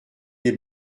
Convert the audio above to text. les